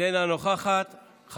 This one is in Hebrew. איננה נוכחת,